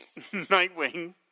Nightwing